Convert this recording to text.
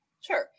Sure